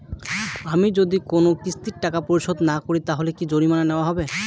আমি যদি কোন কিস্তির টাকা পরিশোধ না করি তাহলে কি জরিমানা নেওয়া হবে?